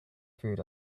food